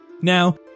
Now